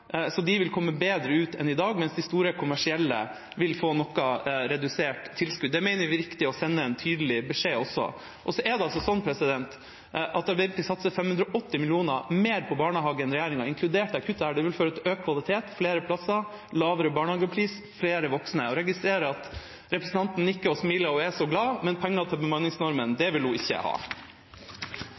så de vil komme bedre ut enn i dag, mens de store, kommersielle vil få noe redusert tilskudd. Det mener vi er riktig å sende en tydelig beskjed om. Arbeiderpartiet satser 580 mill. kr mer på barnehage enn regjeringa, inkludert dette kuttet. Det vil føre til økt kvalitet, flere plasser, lavere barnehagepris og flere voksne. Jeg registrerer at representanten nikker og smiler og er så glad, men penger til bemanningsnormen vil hun ikke ha.